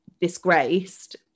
disgraced